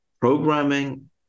programming